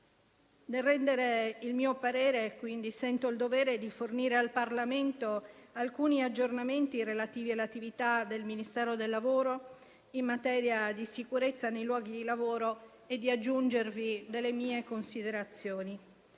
Nel rendere il mio parere, quindi, sento il dovere di fornire al Parlamento alcuni aggiornamenti relativi all'attività del Ministero del lavoro in materia di sicurezza nei luoghi di lavoro e di aggiungervi alcune mie considerazioni.